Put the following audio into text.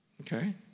Okay